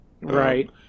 right